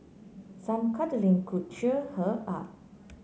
some cuddling could cheer her up